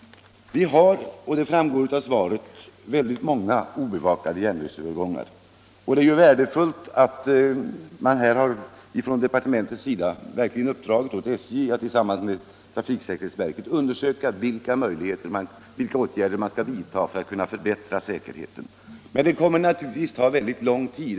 Vi har — det framgår av svaret — många obevakade järnvägsövergångar. Det är värdefullt att departementet uppdragit åt SJ att tillsammans med trafiksäkerhetsverket undersöka vilka åtgärder som kan vidtas för att förbättra säkerheten. Men detta kommer naturligtvis att ta väldigt lång tid.